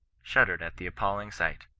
shuddered at the appalling sight,